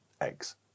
eggs